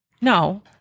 No